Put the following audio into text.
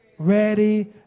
Ready